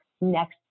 next